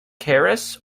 keras